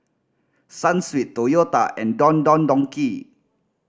Sunsweet Toyota and Don Don Donki